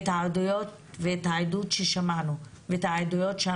אנחנו שמענו עדות ושמענו עדויות.